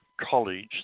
college